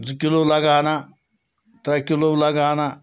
زٕ کِلوٗ لگہٕ ہٲنَہ ترٛےٚ کِلوٗ لگہٕ ہٲنَہ